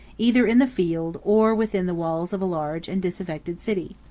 either in the field, or within the walls of a large and disaffected city.